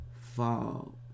fall